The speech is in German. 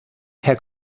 herr